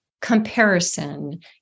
comparison